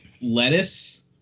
lettuce